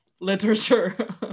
literature